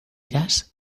irás